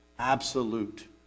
Absolute